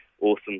awesome